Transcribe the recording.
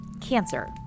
Cancer